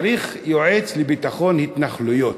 צריך יועץ לביטחון התנחלויות,